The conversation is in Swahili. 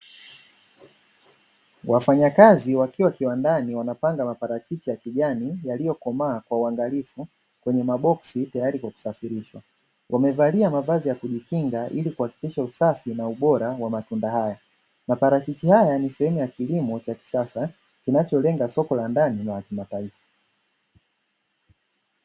Wafanyaki wakiwa kiwandani wanapanga maparachichi ya kijani yaliyo komaa kwa uangalifu kwenye maboksi tayari kwaku safirishwa, wamevalia mavazi yakuji kinga ili kuhakikisha usafi na ubora wa matunda haya. Maparachichi haya ni sehemu ya kilimo cha kisasa kinacho lenga soko la ndani nala kimataifa.